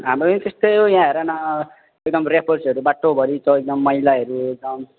हाम्रो यहाँ त्यस्तै हो यहाँ हेर न एकदम ऱ्यापर्सहरू बाटोभरि छ एकदम मैलाहरू एकदम